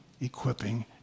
equipping